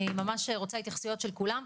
אני ממש רוצה התייחסויות של כולם.